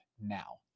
now